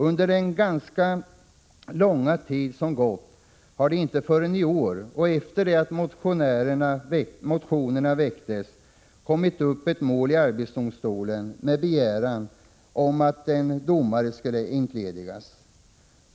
Under den ganska långa tid som gått har det inte förrän i år — och efter det att motionerna väcktes — kommit upp ett mål i arbetsdomstolen med begäran om att en domare skall entledigas.